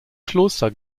kloster